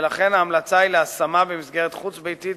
ולכן ההמלצה היא להשמה במסגרת חוץ-ביתית,